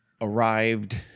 arrived